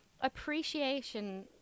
appreciation